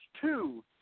two